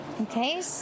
Okay